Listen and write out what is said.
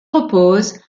repose